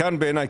וכאן בעיניי,